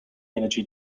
energy